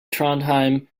trondheim